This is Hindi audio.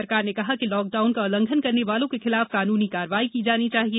सरकार ने कहा कि लॉकडाउन का उल्लंघन करने वालों के खिलाफ कानूनी कार्रवाई की जानी चाहिए